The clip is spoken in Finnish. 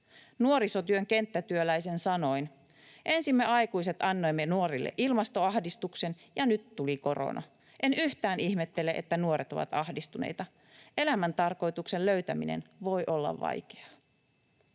Nuorisotyön kenttätyöläisen sanoin: ”Ensin me aikuiset annoimme nuorille ilmastoahdistuksen, ja nyt tuli korona. En yhtään ihmettele, että nuoret ovat ahdistuneita. Elämän tarkoituksen löytäminen voi olla vaikeaa.”